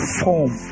form